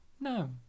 No